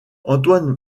antoine